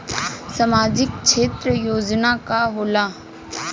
सामाजिक क्षेत्र योजना का होला?